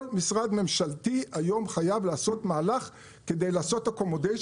כל משרד ממשלתי היום חייב לעשות מהלך כדי לעשות התאמה,